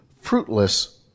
fruitless